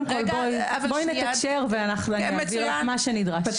נעביר לך מה שנדרש.